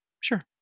sure